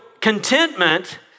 contentment